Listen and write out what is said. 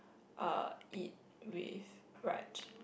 uh eat with Raj